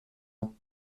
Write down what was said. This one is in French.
ans